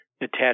attached